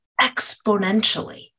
exponentially